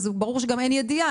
ברור שגם אין ידיעה.